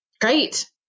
Great